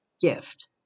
gift